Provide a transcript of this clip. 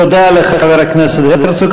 תודה לחבר הכנסת הרצוג.